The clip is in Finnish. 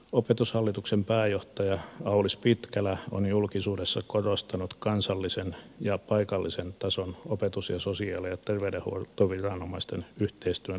opetushallituksen pääjohtaja aulis pitkälä on julkisuudessa korostanut kansallisen ja paikallisen tason opetus sekä sosiaali ja terveydenhuoltoviranomaisten yhteistyön lisäämistä